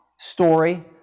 story